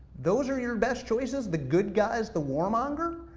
those are your best choices? the good guy's the war monger?